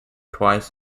twice